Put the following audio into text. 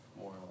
more